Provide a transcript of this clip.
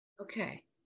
Okay